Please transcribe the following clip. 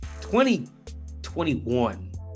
2021